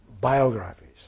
biographies